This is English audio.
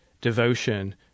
devotion